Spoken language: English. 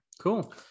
cool